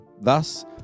Thus